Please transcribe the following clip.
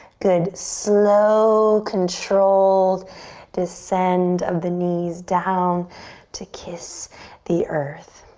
good. slow, controlled descend of the knees down to kiss the earth.